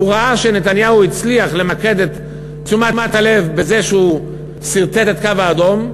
והוא ראה שנתניהו הצליח למקד את תשומת הלב בזה שהוא סרטט את הקו האדום,